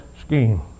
scheme